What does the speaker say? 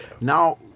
now